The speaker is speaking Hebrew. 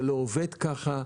זה לא עובד ככה,